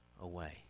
away